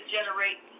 generate